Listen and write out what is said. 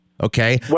Okay